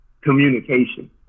Communication